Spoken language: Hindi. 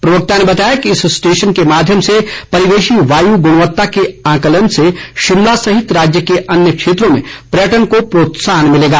प्रवक्ता ने बताया कि इस स्टेशन के माध्यम से परिवेशी वायु गुणवत्ता के आंकलन से शिमला सहित राज्य के अन्य क्षेत्रों में पर्यटन को प्रोत्साहन मिलेगा